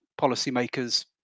policymakers